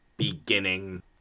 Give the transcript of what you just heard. beginning